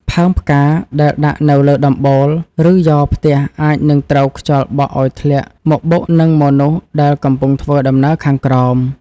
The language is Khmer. ផើងផ្កាដែលដាក់នៅលើដំបូល ឬយ៉រផ្ទះអាចនឹងត្រូវខ្យល់បក់ឱ្យធ្លាក់មកបុកនឹងមនុស្សដែលកំពុងធ្វើដំណើរខាងក្រោម។